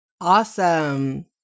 Awesome